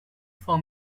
for